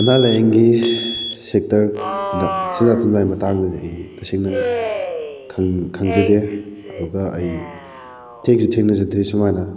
ꯑꯅꯥ ꯂꯥꯏꯌꯦꯡꯒꯤ ꯁꯦꯛꯇꯔꯗ ꯁꯦꯟꯖꯥ ꯊꯨꯝꯖꯥꯒꯤ ꯃꯇꯥꯡꯗꯗꯤ ꯑꯩ ꯇꯁꯦꯡꯅ ꯈꯪꯖꯗꯦ ꯑꯗꯨꯒ ꯑꯩ ꯊꯦꯡꯁꯨ ꯊꯦꯡꯅꯖꯗ꯭ꯔꯤ ꯑꯁꯨꯝꯃꯥꯏꯅ